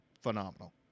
phenomenal